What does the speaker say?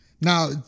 Now